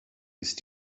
ist